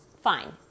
fine